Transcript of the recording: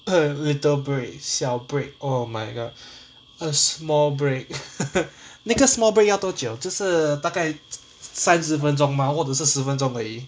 little break siao break oh my god a small break 那个 small break 要多久就是大概三十分钟吗或者是十分钟而已